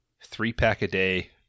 three-pack-a-day